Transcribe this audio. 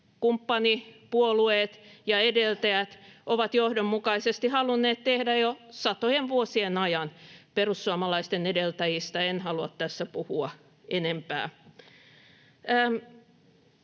kumppanipuolueet ja edeltäjät ovat johdonmukaisesti halunneet tehdä jo satojen vuosien ajan. Perussuomalaisten edeltäjistä en halua tässä puhua enempää.